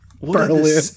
berlin